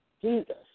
Jesus